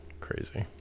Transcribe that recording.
Crazy